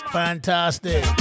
fantastic